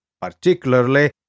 particularly